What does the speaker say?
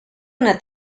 una